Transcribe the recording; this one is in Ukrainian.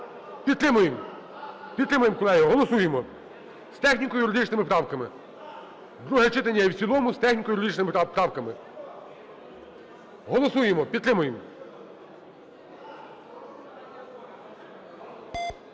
підтримуємо. Підтримуємо, колеги, голосуємо з техніко-юридичними правками. Друге читання і в цілому з техніко-юридичними правками. Голосуємо, підтримуємо!